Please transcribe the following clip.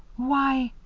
why!